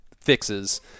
fixes